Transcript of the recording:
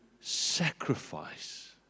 sacrifice